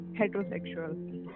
heterosexual